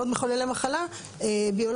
עוד מחוללי מחלה ביולוגיים.